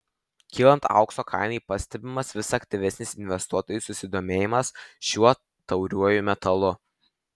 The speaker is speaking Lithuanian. kylant aukso kainai pastebimas vis aktyvesnis investuotojų susidomėjimas šiuo tauriuoju metalu